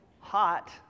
hot